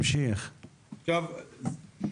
אתה מבין את